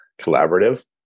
collaborative